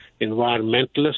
environmentalists